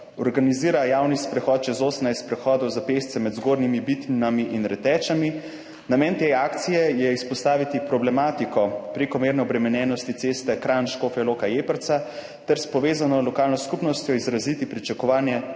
organizira javni sprehod čez 18 prehodov za pešce med Zgornjimi Bitnjami in Retečami. Namen te akcije je izpostaviti problematiko prekomerne obremenjenosti ceste Kranj–Škofja Loka–Jeprca ter s povezano lokalno skupnostjo izraziti pričakovanje